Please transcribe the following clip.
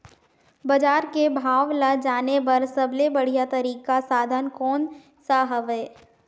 बजार के भाव ला जाने बार सबले बढ़िया तारिक साधन कोन सा हवय?